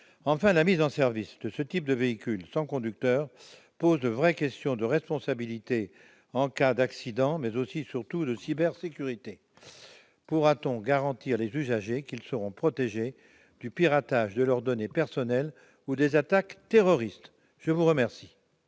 Enfin, la mise en service de ce type de véhicules « sans conducteur » pose de vraies questions en matière de responsabilité en cas d'accident, mais aussi et surtout de cybersécurité. Pourra-t-on garantir aux usagers qu'ils seront protégés du piratage de leurs données personnelles ou des attaques terroristes ? La parole